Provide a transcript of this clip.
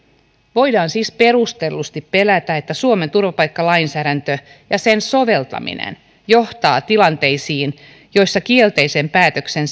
voidaan siis perustellusti pelätä että suomen turvapaikkalainsäädäntö ja sen soveltaminen johtaa tilanteisiin joissa kielteisen päätöksen